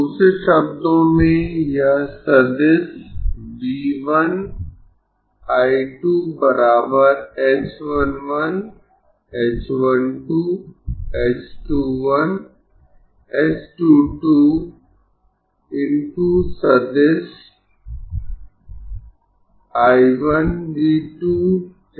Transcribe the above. दूसरे शब्दों में यह सदिश V 1 I 2 h 1 1 h 1 2 h 2 1 h 2 2 × सदिश I 1 V 2 है